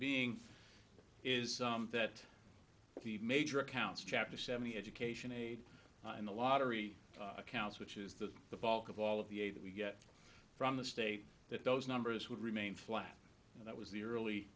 being is that the major accounts chapter seventy education aid in the lottery accounts which is that the bulk of all of the a that we get from the state that those numbers would remain flat and that was the early